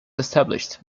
established